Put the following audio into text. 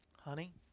honey